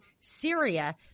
Syria